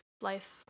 life